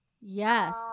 yes